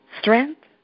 strength